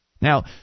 Now